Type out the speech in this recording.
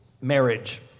marriage